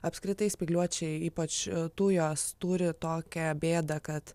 apskritai spygliuočiai ypač tujos turi tokią bėdą kad